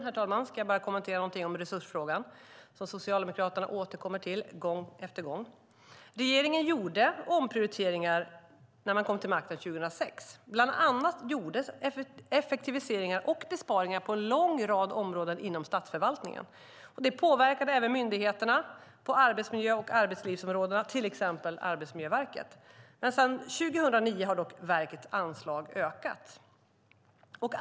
Slutligen ska jag kommentera resursfrågan, som Socialdemokraterna återkommer till gång på gång. Regeringen gjorde omprioriteringar när man kom till makten 2006. Bland annat gjordes effektiviseringar och besparingar på en lång rad områden inom statsförvaltningen. Det påverkade även myndigheterna på arbetsmiljö och arbetslivsområdena, till exempel Arbetsmiljöverket. Sedan 2009 har dock verkets anslag ökat.